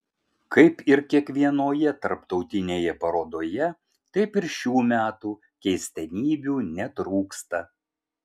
kaip ir kiekvienoje tarptautinėje parodoje taip ir šių metų keistenybių netrūksta